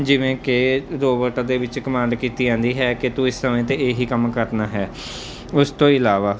ਜਿਵੇਂ ਕਿ ਰੋਬੋਟ ਦੇ ਵਿੱਚ ਕਮਾਂਡ ਕੀਤੀ ਜਾਂਦੀ ਹੈ ਕਿ ਤੂੰ ਇਸ ਸਮੇਂ 'ਤੇ ਇਹੀ ਕੰਮ ਕਰਨਾ ਹੈ ਉਸ ਤੋਂ ਇਲਾਵਾ